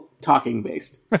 talking-based